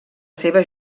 seva